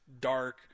dark